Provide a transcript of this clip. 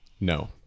No